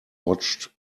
watched